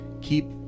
keep